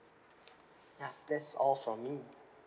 ya that's all for me